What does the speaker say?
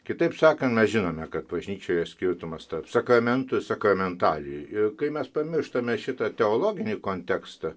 kitaip sakant mes žinome kad bažnyčioje skirtumas tarp sakramentų ir sakramentalijų ir kai mes pamirštame šitą teologinį kontekstą